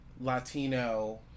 latino